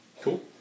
cool